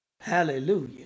Hallelujah